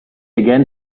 again